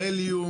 הליום,